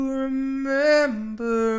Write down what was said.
remember